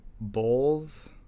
Bowls